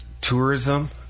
tourism